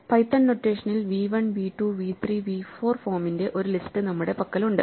Python നൊട്ടേഷനിൽ v1 v2 v3 v4 ഫോമിന്റെ ഒരു ലിസ്റ്റ് നമ്മളുടെ പക്കലുണ്ട്